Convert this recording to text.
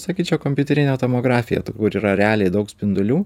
sakyčiau kompiuterinė tomografija kur yra realiai daug spindulių